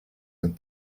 and